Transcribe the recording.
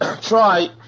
try